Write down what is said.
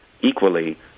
equally